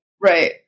Right